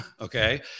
Okay